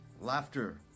laughter